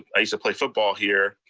i used to play football here,